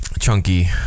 chunky